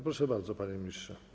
Proszę bardzo, panie ministrze.